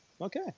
Okay